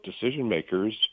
decision-makers